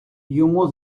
йому